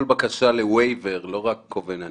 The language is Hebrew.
כל בקשה לוויבר עסקי או משמעותי, לא רק קובננטים,